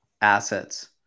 assets